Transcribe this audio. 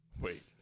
Wait